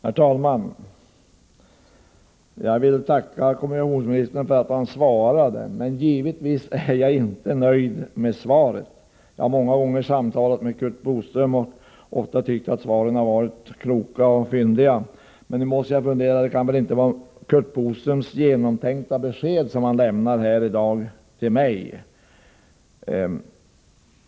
Herr talman! Jag vill tacka kommunikationsministern för att han svarade, men givetvis är jag inte nöjd med svaret. Jag har många gånger samtalat med Curt Boström och ofta tyckt att hans svar har varit kloka och fyndiga, men jag måste verkligen ifrågasätta huruvida det är ett genomtänkt besked som Curt Boström i dag lämnar till mig.